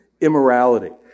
immorality